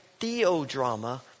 theodrama